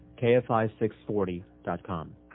KFI640.com